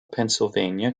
pennsylvania